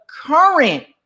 current